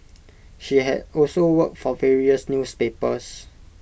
she had also worked for various newspapers